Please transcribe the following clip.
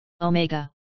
Omega